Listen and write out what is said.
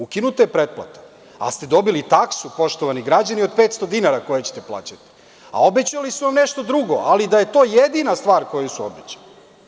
Ukinuta je pretplata, ali ste dobili taksu, poštovani građani, od 500 dinara, koje ćete plaćati, a obećali su vam nešto drugo, ali da je to jedina stvar koju su obećali.